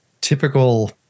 typical